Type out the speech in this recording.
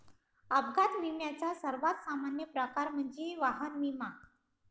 अपघात विम्याचा सर्वात सामान्य प्रकार म्हणजे वाहन विमा